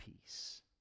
peace